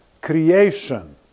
creation